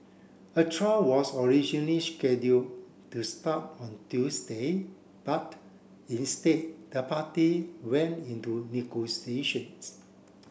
a trial was originally scheduled to start on Tuesday but instead the party went into negotiations